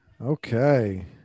Okay